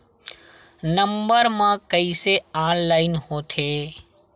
Number मा कइसे online होथे?